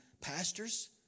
pastors